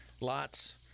lots